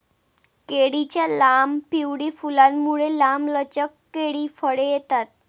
केळीच्या लांब, पिवळी फुलांमुळे, लांबलचक केळी फळे येतात